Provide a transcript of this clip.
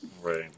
right